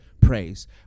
praise